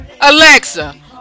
Alexa